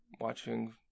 watching